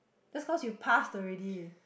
that's cause you passed already